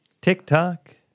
TikTok